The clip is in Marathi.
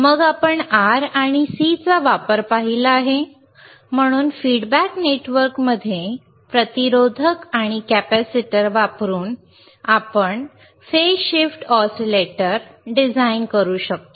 मग आपण R आणि C चा वापर पाहिला आहे म्हणून फीडबॅक नेटवर्कमध्ये प्रतिरोधक आणि कॅपेसिटर वापरुन आपण फेज शिफ्ट ऑसीलेटर डिझाइन करू शकतो